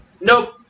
nope